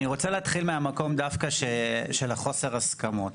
אני רוצה להתחיל מהמקום דווקא של חוסר ההסכמות,